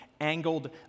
angled